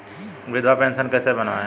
विधवा पेंशन कैसे बनवायें?